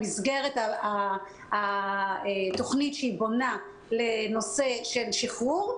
במסגרת התכנית שהיא בונה לנושא השחרור,